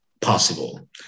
possible